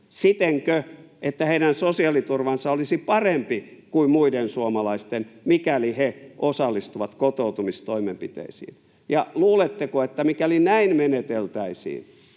Sitenkö, että heidän sosiaaliturvansa olisi parempi kuin muiden suomalaisten, mikäli he osallistuvat kotoutumistoimenpiteisiin? Ja luuletteko, että mikäli näin meneteltäisiin,